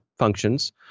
Functions